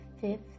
fifth